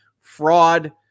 Fraud